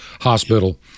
Hospital